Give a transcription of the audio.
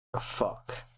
fuck